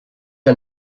and